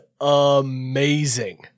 amazing